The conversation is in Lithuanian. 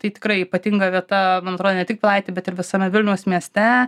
tai tikrai ypatinga vieta man atrodo ne tik pilaitėj bet ir visame vilniaus mieste